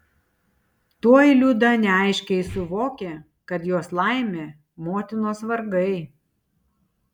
tuoj liuda neaiškiai suvokė kad jos laimė motinos vargai